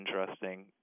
interesting